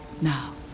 Now